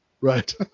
Right